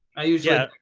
i usually yep.